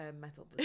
metal